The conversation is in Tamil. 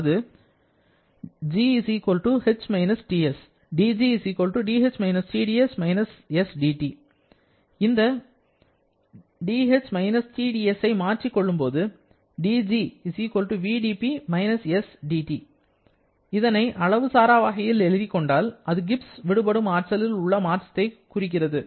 அது g h − Ts dg dh - Tds − sdT இந்த 'dh − Tds' ஐ மாற்றிக் கொள்ளும் போது dg vdP − sdT இதனை அளவு சாரா வகையில் எழுதிக் கொண்டால் அது கிப்ஸ் விடுபடும் ஆற்றலில் உள்ள மாற்றத்தைக் குறிக்கிறது